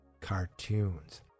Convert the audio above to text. cartoons